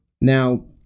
Now